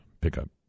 Pickup